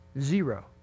Zero